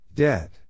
Dead